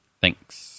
Thanks